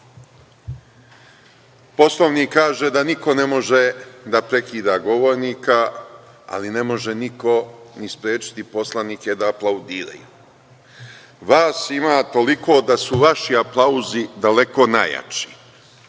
Poslovnik kaže da niko ne može da prekida govornika, ali ne može niko ni sprečiti poslanike da aplaudiraju. Vas ima toliko da su vaši aplauzi daleko najjači.